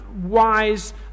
wise